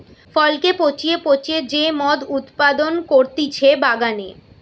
ফলকে পচিয়ে পচিয়ে যে মদ উৎপাদন করতিছে বাগানে